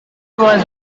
was